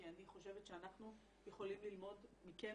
כי אני חושבת שאנחנו יכולים ללמוד מכם